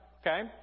Okay